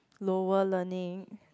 lower learning